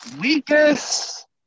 weakest